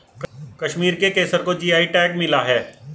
कश्मीर के केसर को जी.आई टैग मिला है